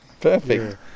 Perfect